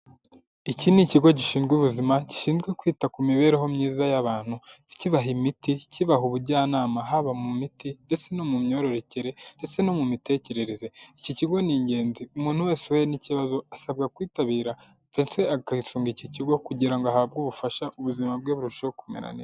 Iki ni ikigo gishinzwe ubuzima, gishinzwe kwita ku mibereho myiza y'abantu, kibaha imiti, kibaha ubujyanama haba mu miti ndetse no mu myororokere ndetse no mu mitekerereze. Iki kigo ni ingenzi, umuntu wese uhuye n'ikibazo asabwa kwitabira ndetse akisunga iki kigo kugira ngo ahabwe ubufasha, ubuzima bwe burusheho kumera neza.